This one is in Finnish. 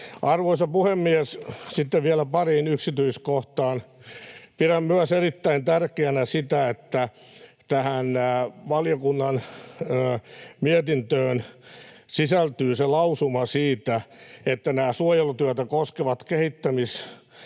Arvoisa puhemies! Sitten vielä pariin yksityiskohtaan: Pidän erittäin tärkeänä myös sitä, että tähän valiokunnan mietintöön sisältyy lausuma siitä, että edellytetään, että nämä suojelutyötä koskevat kehittämistarpeet